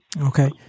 Okay